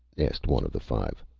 asked one of the five.